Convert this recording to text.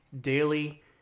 daily